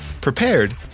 prepared